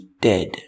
dead